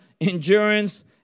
endurance